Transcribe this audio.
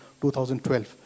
2012